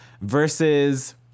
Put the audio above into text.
versus